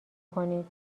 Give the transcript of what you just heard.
کنید